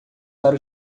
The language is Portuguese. para